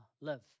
live